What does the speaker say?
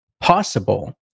possible